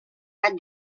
gat